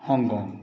Hong Kong